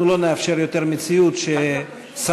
אנחנו לא נאפשר יותר מציאות ששרים,